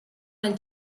nel